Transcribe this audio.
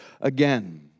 again